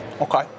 Okay